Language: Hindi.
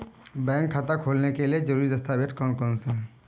बैंक खाता खोलने के लिए ज़रूरी दस्तावेज़ कौन कौनसे हैं?